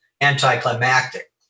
anticlimactic